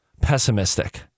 pessimistic